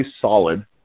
solid